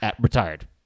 Retired